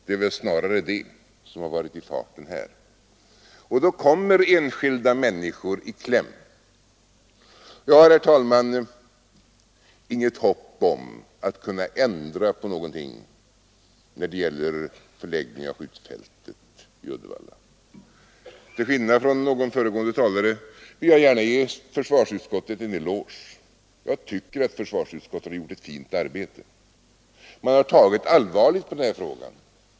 Det är väl snarare det etablissemanget som här har varit i farten. Och då kommer enskilda människor i kläm. Jag har, herr talman, inget hopp om att kunna ändra på någonting när det gäller förläggningen av skjutfältet vid Uddevalla. Till skillnad från en föregående talare vill jag gärna ge försvarsutskottet en eloge; jag tycker att försvarsutskottet har gjort ett fint arbete. Man har tagit allvarligt på den här frågan.